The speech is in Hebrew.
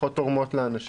פחות תורמות לאנשים".